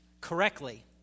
correctly